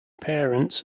parents